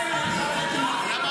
צורך, מיכאל.